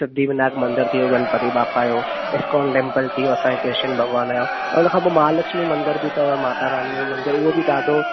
सिद्धिविनायक मंदर थी वियो गनपती बाप्पा जो इस्कान टेम्पल थी वियो असांजे कृष्ण भॻवान जो उन खां पोइ महालक्ष्मी मंदर बि अथव माता रानीअ जो मंदर उहो बि ॾाढो